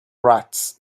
rats